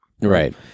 Right